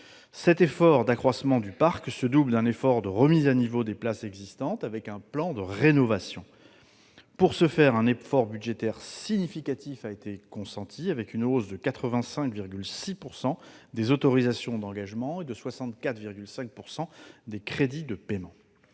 Cet accroissement du parc se double d'un effort de remise à niveau des places existantes, avec un plan de rénovation. Pour ce faire, un effort budgétaire significatif a été consenti, avec une hausse de 85,6 % des autorisations d'engagement et de 64,5 % des crédits de paiement.